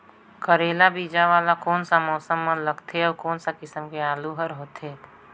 करेला बीजा वाला कोन सा मौसम म लगथे अउ कोन सा किसम के आलू हर होथे?